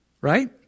Right